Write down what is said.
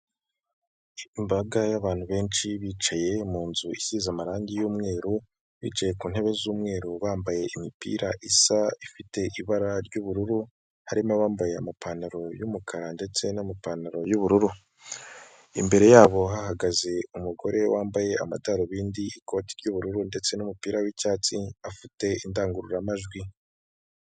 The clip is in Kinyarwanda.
Imbaga y'abantu benshi bicaye mu nzu isize amarangi y'umweru, bicaye ku ntebe z'umweru bambaye imipira isa ifite ibara ry'ubururu, harimo abambaye amapantaro y'umukara ndetse n'amapantaro y'ubururu, imbere yabo hahagaze umugore wambaye amadarubindi ikoti ry'ubururu ndetse n'umupira w'icyatsi afite indangururamajwi.